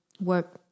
work